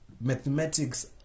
mathematics